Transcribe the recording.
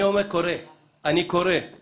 אני קורא גם